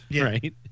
Right